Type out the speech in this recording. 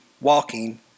walking